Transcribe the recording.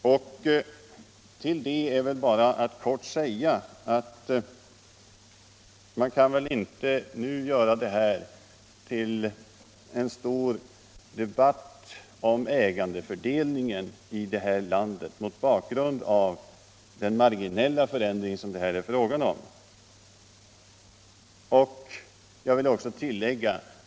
Mot bakgrund av att det är fråga om en marginell förändring skall man väl inte nu göra detta till en stor debatt om ägandefördelningen här i landet.